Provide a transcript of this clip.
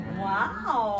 wow